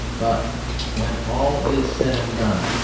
but when all is said and done,